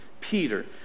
peter